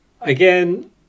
again